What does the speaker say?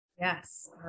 Yes